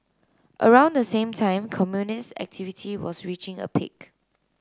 around the same time communist activity was reaching a peak